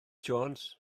jones